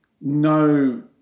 No